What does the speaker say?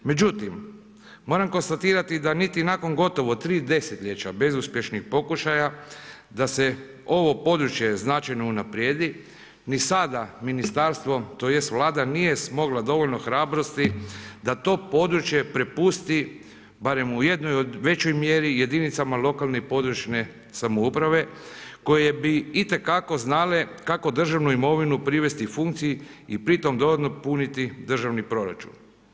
Međutim, moram konstatirati da ni nakon gotovo 3 desetljeća, bezuspješnih pokušaja, da se ovo područje značajno unaprijedi, ni sada ministarstvo, tj. Vlada nije smogla dovoljno hrabrosti da to područje prepusti barem u jednoj od većoj mjeri jedinicama lokalne i područne samouprave koje bi itekako znale kako državnu imovinu privesti funkciji i pritom dovoljno puniti državni proračun.